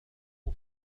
ألا